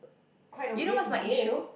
quite a way to go